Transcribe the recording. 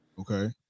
Okay